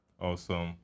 Awesome